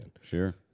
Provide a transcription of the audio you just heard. Sure